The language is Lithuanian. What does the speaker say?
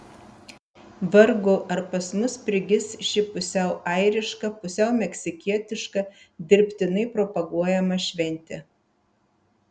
vargu ar pas mus prigis ši pusiau airiška pusiau meksikietiška dirbtinai propaguojama šventė